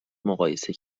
مقایسه